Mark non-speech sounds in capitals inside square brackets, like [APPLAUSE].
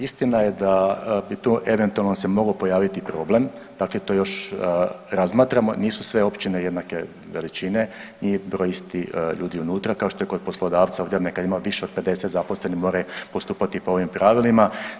Istina je da bi tu eventualno se mogao pojaviti problem, dakle to još razmatramo, nisu sve općine jednake veličine, nije broj isti ljudi unutra kao što je kod poslodavca … [UNINTELLIGIBLE] kad ima više od 50 zaposlenih moraju postupati po ovim pravilima.